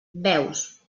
veus